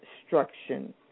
instruction